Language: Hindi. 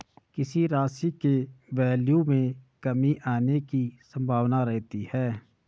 किसी राशि के वैल्यू में कमी आने की संभावना रहती है